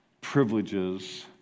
privileges